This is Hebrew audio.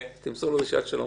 אם הוא היה יושב אתנו ושומע,